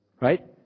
Right